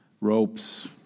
ropes